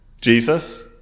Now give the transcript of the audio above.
Jesus